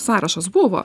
sąrašas buvo